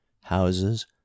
houses